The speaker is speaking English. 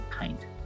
paint